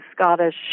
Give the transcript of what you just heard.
Scottish